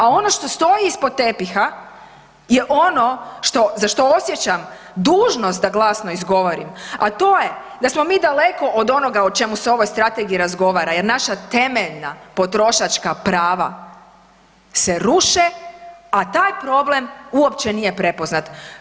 A ono što stoji ispod tepiha je ono što, za što osjećam dužnost da glasno izgovorim, a to je da smo mi daleko od onoga o čemu se u ovoj strategiji razgovara jer naša temeljna potrošačka prava se ruše, a taj problem uopće nije prepoznat.